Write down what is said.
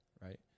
right